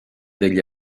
degli